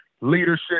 Leadership